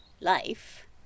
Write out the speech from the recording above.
life